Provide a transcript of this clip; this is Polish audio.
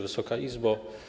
Wysoka Izbo!